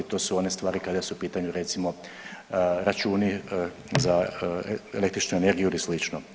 To su one stvari kada su u pitanju recimo računi za električnu energiju ili slično.